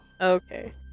Okay